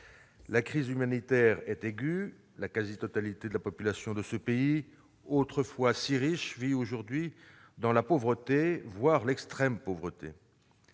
La crise humanitaire est aiguë. La quasi-totalité de la population de ce pays, autrefois si riche, vit aujourd'hui dans la pauvreté, voire dans l'extrême pauvreté.